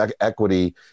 equity